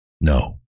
No